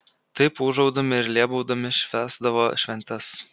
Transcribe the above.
taip ūžaudami ir lėbaudami švęsdavo šventes